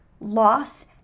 loss